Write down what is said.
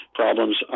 problems